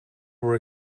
were